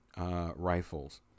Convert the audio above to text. rifles